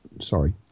Sorry